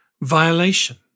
violation